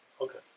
Okay